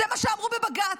זה מה שאמרו בבג"ץ,